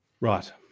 Right